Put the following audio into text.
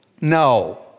No